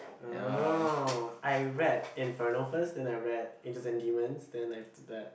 oh I read Inferno first then I read Angels and Demons then after that